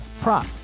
prop